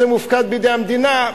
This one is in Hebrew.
זה מופקד בידי המדינה,